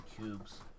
cubes